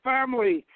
Family